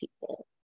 people